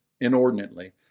inordinately